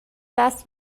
دست